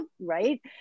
right